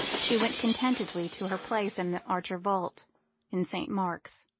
she went contentedly to her place in the archer vault in st. mark's,